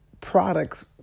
products